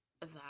That-